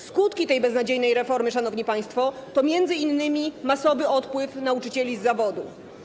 Skutki tej beznadziejnej reformy, szanowni państwo, to m.in. masowy odpływ nauczycieli z zawodu.